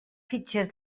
fitxers